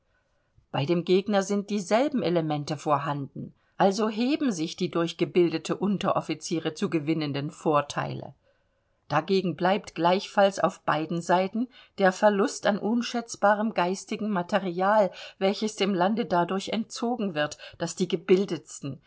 bei dem gegner sind dieselben elemente vorhanden also heben sich die durch gebildete unteroffiziere zu gewinnenden vorteile dagegen bleibt gleichfalls auf beiden seiten der verlust an unschätzbarem geistigen material welches dem lande dadurch entzogen wird daß die gebildetsten